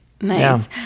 Nice